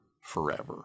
forever